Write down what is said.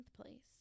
place